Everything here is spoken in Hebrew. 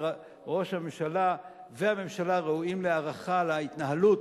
ראש הממשלה והממשלה ראויים להערכה על ההתנהלות